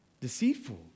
deceitful